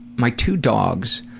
my two dogs,